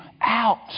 out